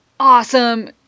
Awesome